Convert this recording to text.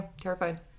terrified